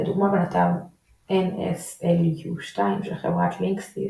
לדוגמה בנתב NSLU2 של חברת Linksys,